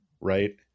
right